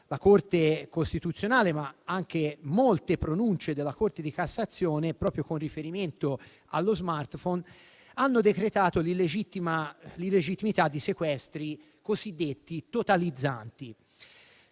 la Corte costituzionale, ma anche molte pronunce della Corte di cassazione, proprio con riferimento allo *smartphone*, hanno decretato l'illegittimità di sequestri cosiddetti totalizzanti.